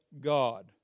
God